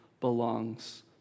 belongs